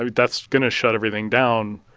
that's going to shut everything down,